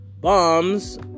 bombs